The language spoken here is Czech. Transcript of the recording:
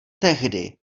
tehdy